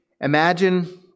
Imagine